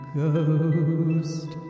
ghost